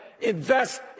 invest